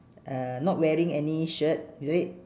uh not wearing any shirt is it